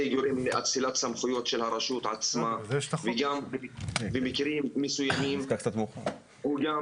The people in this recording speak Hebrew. זה גורם להאצלת סמכויות של הרשות עצמה וגם במקרים מסוימים הוא גם